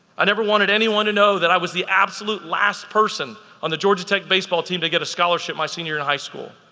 i never wanted anyone to know that i was the absolute last person on the georgia tech baseball team to get a scholarship my senior in high school.